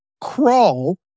crawl